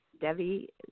Debbie